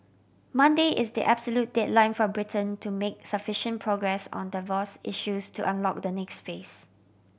Monday is the absolute deadline for Britain to make sufficient progress on divorce issues to unlock the next phase